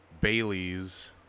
Bailey's